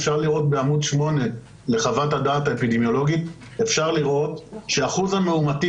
אפשר לראות בעמוד 8 לחוות הדעת האפידמיולוגית שאחוז המאומתים